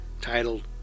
titled